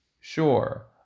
sure